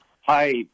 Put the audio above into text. Hi